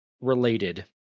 related